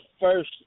first